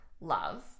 love